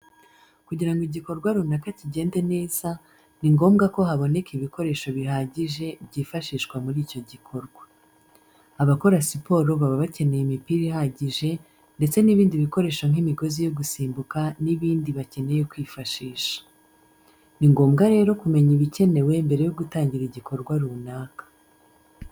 Kugira ngo igikorwa runaka kigende neza, ni ngombwa ko haboneka ibikoresho bihagije byifashishwa muri icyo gikorwa. Abakora siporo baba bakeneye imipira ihagije ndetse n'ibindi bikoresho nk'imigozi yo gusimbuka n'ibindi bakeneye kwifashisha. Ni ngombwa rero kumenya ibikenewe mbere yo gutangira igikorwa runaka.